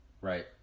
Right